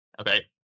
okay